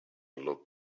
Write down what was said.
looked